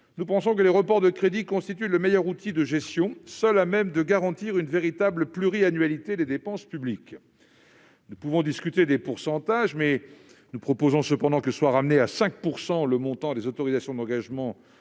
nous pensons que les reports de crédits constituent le meilleur outil de gestion, seul à même de garantir une véritable pluriannualité des dépenses publiques. Si nous pouvons discuter des pourcentages, nous proposons que soit ramené à 5 % le montant des autorisations d'engagement